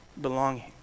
belonging